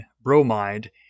bromide